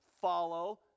follow